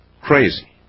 Crazy